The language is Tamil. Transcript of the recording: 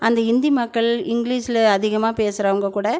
அந்த ஹிந்தி மக்கள் இங்கிலீஷில் அதிகமாக பேசுகிறவங்க கூட